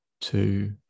two